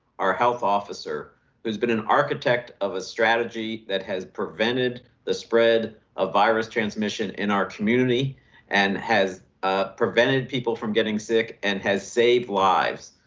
our health officer, who has been an architect of a strategy that has prevented the spread of virus transmission in our community and has ah prevented people from getting sick and has saved lives.